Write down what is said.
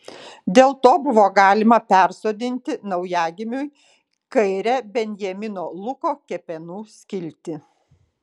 dėl to buvo galima persodinti naujagimiui kairę benjamino luko kepenų skiltį